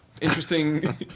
interesting